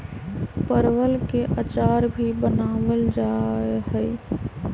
परवल के अचार भी बनावल जाहई